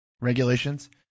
regulations